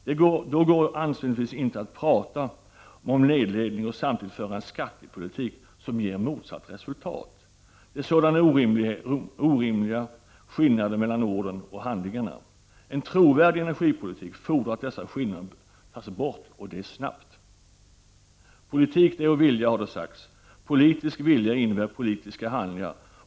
Då går det anständigtvis inte att tala om nedläggning och samtidigt föra en skattepolitik som ger motsatt resultat. Det är sådana orimliga skillnader mellan orden och handlingarna. En trovärdig energipolitik fordrar att dessa skillnader tas bort och det snabbt. Politik är att vilja har det sagts. Politisk vilja innebär politiska handlingar.